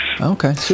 Okay